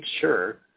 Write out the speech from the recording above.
sure